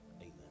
Amen